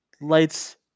lights